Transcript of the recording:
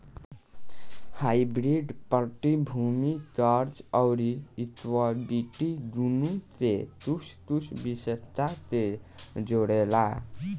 hybrid प्रतिभूति, कर्ज अउरी इक्विटी दुनो के कुछ कुछ विशेषता के जोड़ेला